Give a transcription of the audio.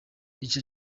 ico